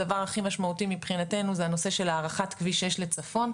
הדבר הכי משמעותי מבחינתנו זה הנושא של הארכת כביש 6 לצפון.